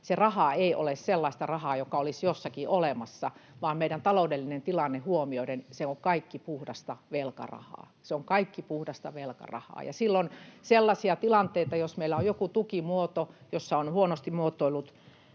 se raha ei ole sellaista rahaa, joka olisi jossakin olemassa, vaan meidän taloudellinen tilanteemme huomioiden se on kaikki puhdasta velkarahaa. Se on kaikki puhdasta velkarahaa, ja silloin sellaisissa tilanteissa, jos meillä on joku tukimuoto, jossa on huonosti muotoillut